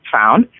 found